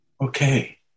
Okay